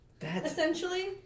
essentially